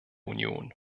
union